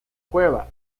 cueva